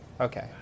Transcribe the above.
Okay